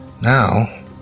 Now